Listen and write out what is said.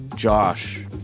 josh